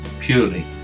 purely